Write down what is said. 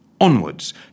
onwards